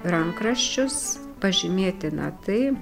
rankraščius pažymėtina tai